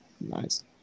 Nice